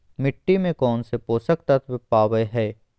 मिट्टी में कौन से पोषक तत्व पावय हैय?